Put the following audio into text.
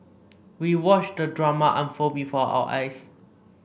we watched the drama unfold before our eyes